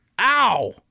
Ow